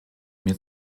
mir